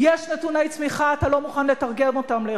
אדוני רוצה להחליף אותי?